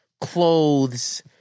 clothes